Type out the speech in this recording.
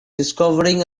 discovering